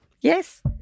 Yes